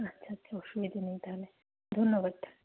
আচ্ছা আচ্ছা অসুবিধে নেই তাহলে ধন্যবাদ